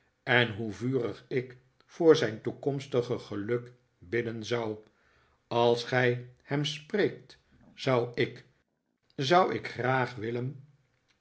en hoe vurig ik voor zijn toekomstige geluk bidden zou als gij hem spreekt zou ik zou ik graag willen